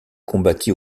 combattit